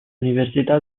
università